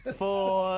four